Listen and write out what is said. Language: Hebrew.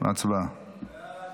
הצבעה.